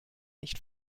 nicht